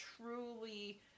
truly